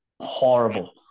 horrible